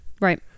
Right